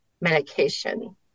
medication